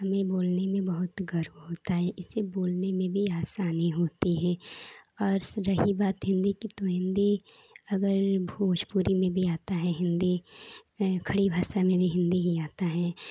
हिन्दी बोलने में बहुत गर्व होता है इसे बोलने में भी आसानी होती है और रही बात हिन्दी की तो हिन्दी अगर भोजपुरी में भी आती है हिन्दी खड़ी भाषा में भी हिन्दी आती है